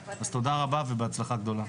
אז תודה רבה ובהצלחה גדולה.